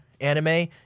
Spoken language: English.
anime